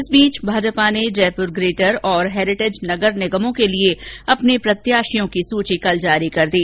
इस बीच भाजपा ने कल जयपुर ग्रेटर और हैरीटेज नगर निगमों के लिए अपने प्रत्याशियों की सूची जारी कर दी